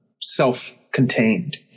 self-contained